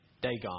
Dagon